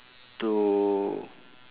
to